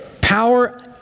Power